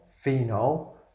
phenol